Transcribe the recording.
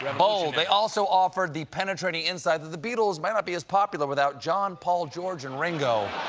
ah bold. they also offered the penetrating insight that the beatles might not be as popular without john, paul, george, and ringo.